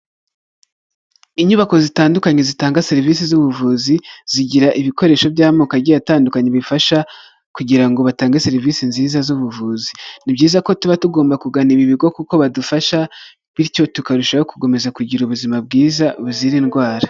Inyubako zitandukanye zitanga serivisi z'ubuvuzi, zigira ibikoresho by'amoko agiye atandukanye, bifasha kugira ngo batange serivisi nziza z'ubuvuzi, ni byiza ko tuba tugomba kugana ibi bigo kuko badufasha, bityo tukarushaho gukomeza kugira ubuzima bwiza, buzira indwara.